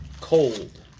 cold